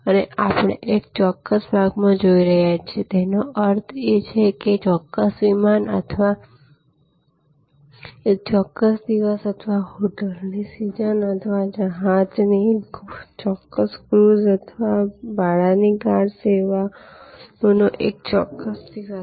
અને આપણે એક ચોક્કસ ભાગમાં જોઈ રહ્યા છીએતેનો અર્થ છે એક ચોક્કસ વિમાન અથવા એક ચોક્કસ દિવસ અથવા હોટેલની સીઝન અથવા જહાજની એક ચોક્કસ ક્રૂઝ અથવા ભાડાની કાર સેવાઓનો એક ચોક્કસ દિવસ